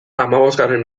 hamabosgarren